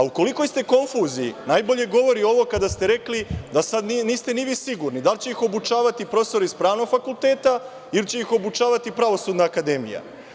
U kolikoj ste konfuziji najbolje govori ovo kada ste rekli da sad niste ni vi sigurni, da li će ih obučavati profesori sa pravnog fakulteta ili će ih obučavati Pravosudna akademija.